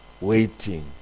waiting